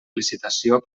licitació